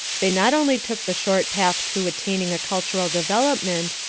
they not only took the short path to attaining a cultural development,